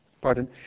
pardon